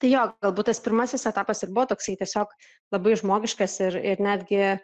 tai jo galbūt tas pirmasis etapas ir buvo toksai tiesiog labai žmogiškas ir ir netgi